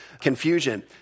confusion